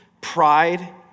pride